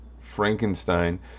Frankenstein